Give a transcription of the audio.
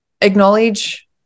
acknowledge